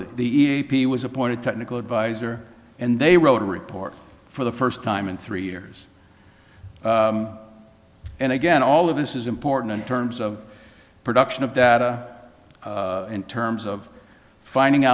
the e a p was appointed technical advisor and they wrote a report for the first time in three years and again all of this is important in terms of production of that in terms of finding